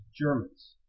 Germans